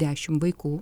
dešim vaikų